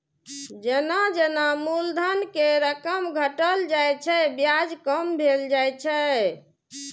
जेना जेना मूलधन के रकम घटल जाइ छै, ब्याज कम भेल जाइ छै